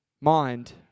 mind